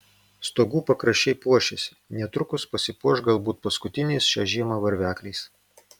stogų pakraščiai puošiasi netrukus pasipuoš galbūt paskutiniais šią žiemą varvekliais